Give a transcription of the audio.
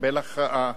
יקבל הכרעה,